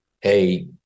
hey